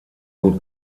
gut